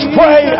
pray